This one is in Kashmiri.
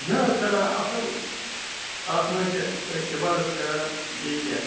یہِ حظ چلان اَصٕل اَتھ منٛز چھِ أسۍ عبادَت کران بیٚیہِ کیٛاہ